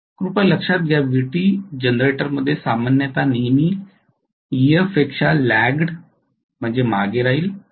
कृपया लक्षात घ्या Vt जनरेटरमध्ये सामान्यतः नेहमी Ef पेक्षा ल्याग्गड मागे राहील